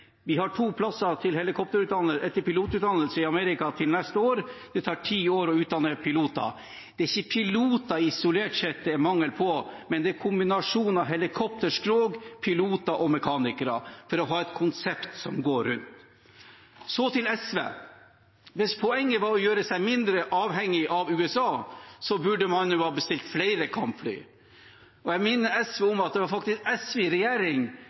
Vi har to plasser på pilotutdannelsen i USA til neste år. Det tar ti år å utdanne piloter. Det er ikke piloter isolert sett det er mangel på, men det er en kombinasjon av helikopterskrog, piloter og mekanikere for å ha et konsept som går rundt. Så til SV: Hvis poenget var å gjøre seg mindre avhengig av USA, burde man ha bestilt flere kampfly. Jeg minner SV om at det faktisk var SV i regjering